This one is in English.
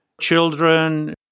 children